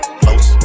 close